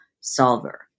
solver